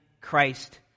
Christ